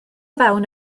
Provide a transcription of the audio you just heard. fewn